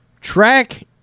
track